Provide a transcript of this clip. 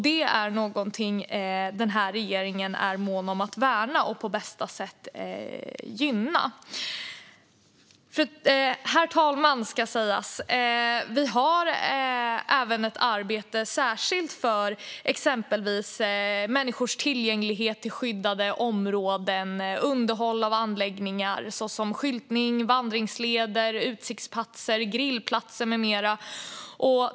Det är regeringen mån om att gynna. Herr talman! Vi har även ett arbete som särskilt rör människors tillgång till skyddade områden och underhåll av anläggningar, såsom skyltning, vandringsleder, utsiktsplatser, grillplatser med mera.